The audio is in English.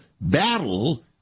battle